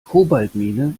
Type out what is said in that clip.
kobaltmine